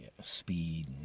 speed